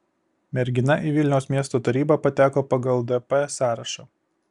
mergina į vilniaus miesto tarybą pateko pagal dp sąrašą